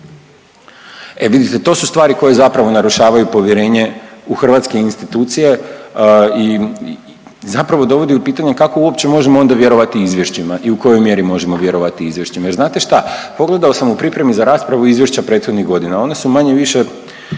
E vidite to su stvari koje zapravo narušavaju povjerenje u hrvatske institucije i zapravo dovodi u pitanje kako uopće onda možemo vjerovati izvješćima i u kojoj mjeri možemo vjerovati izvješćima. Jer znate šta, pogledao sam u pripremi za raspravu izvješća prethodnih godina, onda su manje-više,